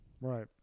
right